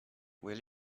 will